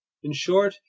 in short,